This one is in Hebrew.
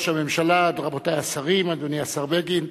מושב רביעי /